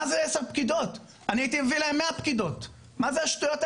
מה הקשר?